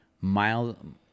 mild